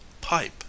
Pipe